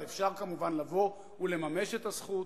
אבל אפשר כמובן לבוא ולממש את הזכות?